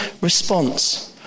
response